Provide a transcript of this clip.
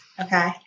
Okay